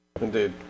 Indeed